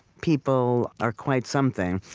people are quite something.